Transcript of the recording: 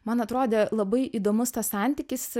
man atrodė labai įdomus tas santykis